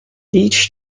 each